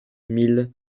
mille